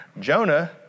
Jonah